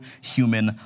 human